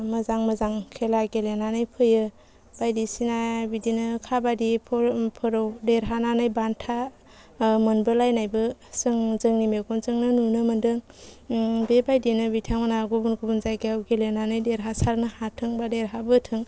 मोजां मोजां खेला गेलेनानै फैयो बायदिसिना खाबादिफोराव देरहानानै बान्था मोनबोलायनायबो जों जोंनि मेगनजोंनो नुनो मोनदों बे बायदिनो बिथांमोना गुबुन गुबुन जायगायाव गेलेनानै देरहासारनो हाथों बा देरहाबोथों